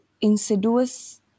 insidious